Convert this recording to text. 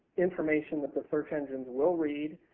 information that the search engine will read,